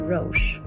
Roche